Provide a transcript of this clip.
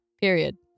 Period